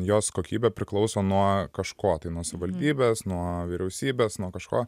jos kokybė priklauso nuo kažko tai nuo savivaldybės nuo vyriausybės nuo kažko